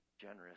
generous